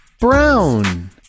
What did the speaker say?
Brown